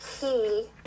key